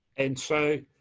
and so,